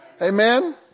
Amen